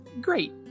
great